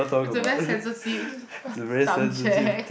it's a very sensitive subject